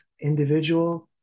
individual